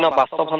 ah bustled